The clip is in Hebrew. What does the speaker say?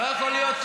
לא יכול להיות.